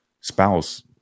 spouse